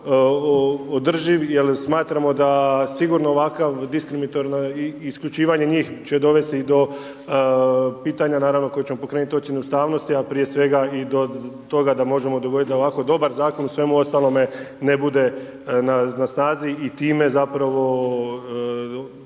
održiv jer smatramo da sigurno ovakvo diskriminatorno isključivanje njih će dovesti do pitanja naravno koje će pokrenuti ocjenu ustavnosti a prije sveg i do toga da možemo odgovoriti na ovako dobar zakon u svemu ostalome ne bude na snazi i time zapravo